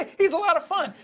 he's a lot of fun!